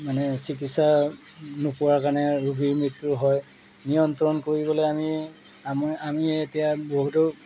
মানে চিকিৎসা নোপোৱাৰ কাৰণে ৰোগীৰ মৃত্যু হয় নিয়ন্ত্ৰণ কৰিবলৈ আমি আমি আমি এতিয়া বহুতো